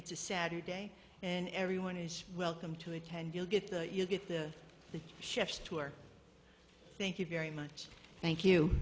it's a saturday and everyone is welcome to attend you'll get the you get the chefs tour thank you very much thank you